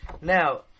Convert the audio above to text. Now